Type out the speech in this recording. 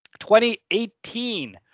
2018